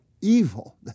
evil